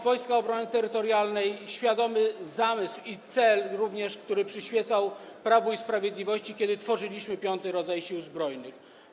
Wojska Obrony Terytorialnej to świadomy zamysł i cel również, który przyświecał Prawu i Sprawiedliwości, kiedy tworzyliśmy piąty rodzaj Sił Zbrojnych.